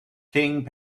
king